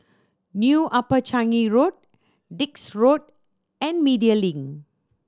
New Upper Changi Road Dix Road and Media Link